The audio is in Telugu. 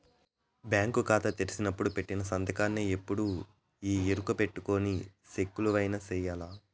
బ్యాంకు కాతా తెరిసినపుడు పెట్టిన సంతకాన్నే ఎప్పుడూ ఈ ఎరుకబెట్టుకొని సెక్కులవైన సెయ్యాల